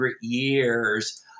years